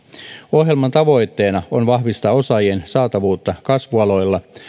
ohjelman tavoitteena on vahvistaa osaajien saatavuutta kasvualoilla